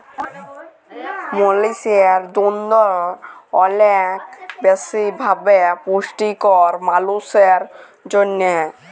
মহিষের দুহুদ অলেক বেশি ভাবে পুষ্টিকর মালুসের জ্যনহে